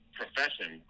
profession